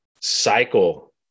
cycle